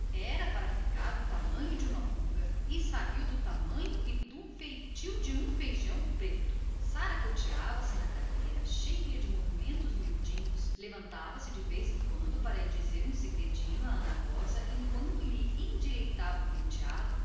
era para ficar do tamanho de uma pulga e saiu do tamanho e do feitio de um feijão preto saracoteava se cheia de novidades levantando-se de vez em quando para ir dizer um segredinho ao ouvido de ana rosa enquanto disfarçadamente lhe endireitava o penteado